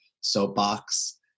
soapbox